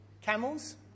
camels